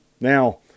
Now